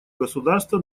государства